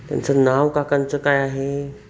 त्यांचं नाव काकांचं काय आहे